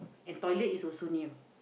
and toilet is also near